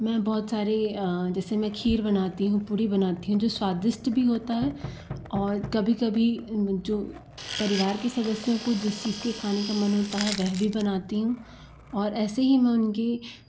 मैं बहुत सारे जैसे मैं खीर बनती हूँ पूड़ी बनती हूँ जो स्वादिष्ट भी होता है और कभी कभी जो परिवार के सदस्यों को जिस चीज के खाने का मन होता है वह भी बनती हूँ और ऐसे ही मैं उनकी